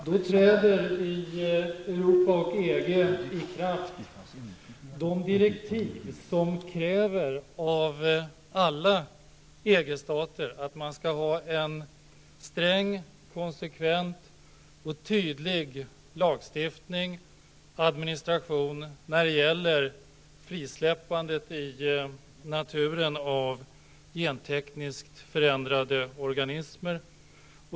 Då träder i Europa och i EG de direktiv i kraft i vilka det krävs av alla EG-stater att de skall ha en sträng, konsekvent och tydlig lagstiftning och administration när det gäller frisläppandet i naturen av gentekniskt förändrade organismer.